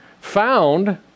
Found